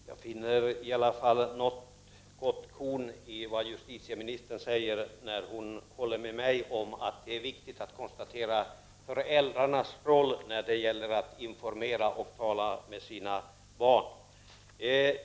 Herr talman! Jag finner i alla fall något gott korn i vad justitieministern säger när hon håller med mig om att det är viktigt att betona föräldrarnas roll när det gäller att informera och tala med sina barn.